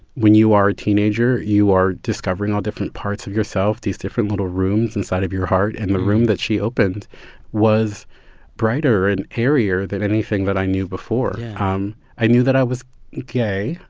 when you are a teenager, you are discovering all different parts of yourself, these different little rooms inside of your heart. and the room that she opened was brighter and airier than anything that i knew before um i knew that i was gay,